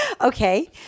Okay